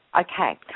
okay